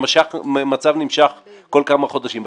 שמצב נמשך כמה חודשים,